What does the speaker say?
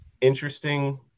interesting